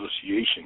Association